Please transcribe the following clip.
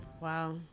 Wow